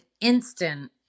instant